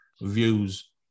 views